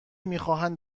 میخواهند